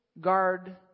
guard